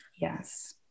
yes